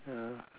yeah